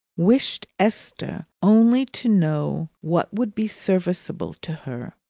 wished esther only to know what would be serviceable to her.